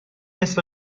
نصف